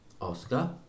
Oscar